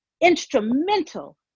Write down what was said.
instrumental